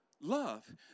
Love